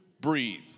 breathe